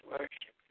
Worship